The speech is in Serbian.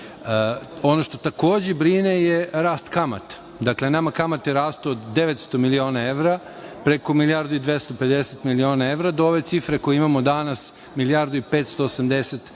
što takođe brine je rast kamata. Nama kamate rastu od 900 miliona evra, preko milijardu i 250 miliona evra, do ove cifre koju imamo danas milijardu i 580 miliona